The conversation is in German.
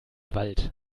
wald